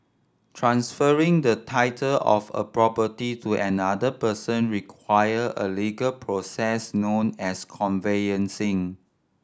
transferring the title of a property to another person require a legal process known as conveyancing